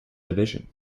division